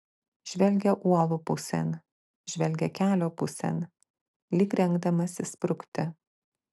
žvelgia uolų pusėn žvelgia kelio pusėn lyg rengdamasis sprukti